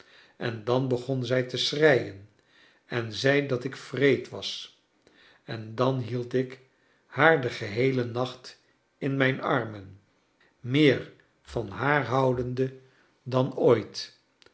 en dan begon zij te schreien en zei dat ik wreed was en dan hield ik haar den geheelen nacht in mijn armen meer van haar houdende dan charles dickens ooit